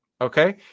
okay